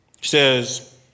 says